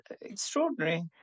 extraordinary